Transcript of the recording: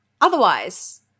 Otherwise